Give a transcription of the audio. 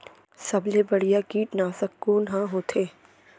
सबले बढ़िया कीटनाशक कोन ह होथे?